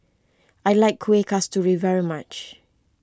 I like Kueh Kasturi very much